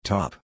Top